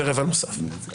זה רבע נוסף כרגע.